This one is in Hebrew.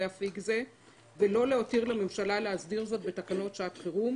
אפיק זה ולא להותיר לממשלה להסדיר זאת בתקנות שעת חירום,